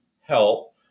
help